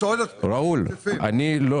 יש עוד --- ראול, אני אתן לך לדבר.